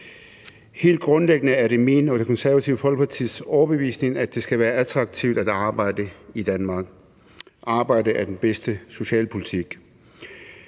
Helt grundlæggende er det min og Det Konservative Folkepartis overbevisning, at det skal være attraktivt at arbejde i Danmark. Arbejdet er den bedste socialpolitik.